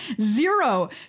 Zero